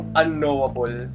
unknowable